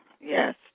Yes